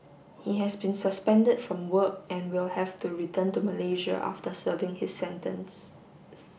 he has been suspended from work and will have to return to Malaysia after serving his sentence